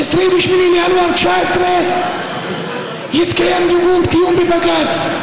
ב-28 בינואר 2019 יתקיים דיון בבג"ץ,